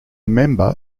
member